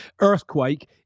Earthquake